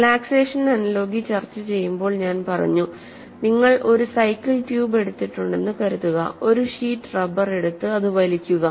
relaxation analogy ചർച്ച ചെയ്യുമ്പോൾ ഞാൻ പറഞ്ഞു നിങ്ങൾ ഒരു സൈക്കിൾ ട്യൂബ് എടുത്തിട്ടുണ്ടെന്ന് കരുതുക ഒരു ഷീറ്റ് റബ്ബർ എടുത്ത് അത് വലിക്കുക